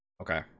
okay